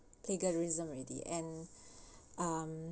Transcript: plagiarism already and um